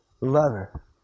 lover